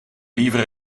liever